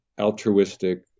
altruistic